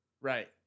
Right